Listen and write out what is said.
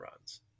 runs